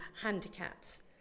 handicaps